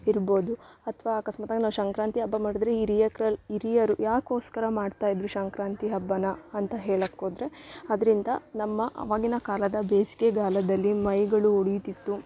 ಇರ್ಬೋದು ಅಥ್ವ ಅಕಸ್ಮಾತಾಗಿ ನಾವು ಸಂಕ್ರಾಂತಿ ಹಬ್ಬ ಮಾಡಿದರೆ ಹಿರಿಯಕ್ರಲ್ಲಿ ಹಿರಿಯರು ಯಾಕ್ಕೋಸ್ಕರ ಮಾಡ್ತಾ ಇದ್ರು ಸಂಕ್ರಾಂತಿ ಹಬ್ಬ ಅಂತ ಹೇಳಕ್ಹೋದರೆ ಅದ್ರಿಂದ ನಮ್ಮ ಆವಾಗಿನ ಕಾಲದ ಬೇಸಿಗೆ ಕಾಲದಲ್ಲಿ ಮೈಗಳು ಉರಿಯುತಿತ್ತು